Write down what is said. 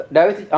David